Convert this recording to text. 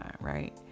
Right